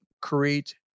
create